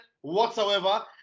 whatsoever